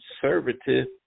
conservative